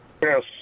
Yes